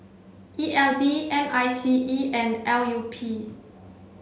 E L D M I C E and L U P